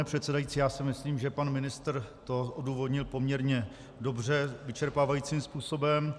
Pane předsedající, myslím, že pan ministr to odůvodnil poměrně dobře, vyčerpávajícím způsobem.